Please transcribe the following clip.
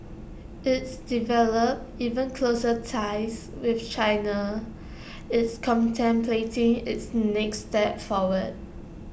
it's developed even closer ties with China it's contemplating its next steps forward